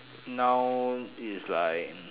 noun is like